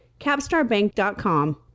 capstarbank.com